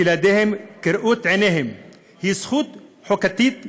את ילדיהם כראות עיניהם היא זכות חוקתית יסודית,